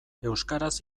euskaraz